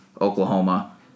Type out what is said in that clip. Oklahoma